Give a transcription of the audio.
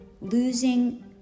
losing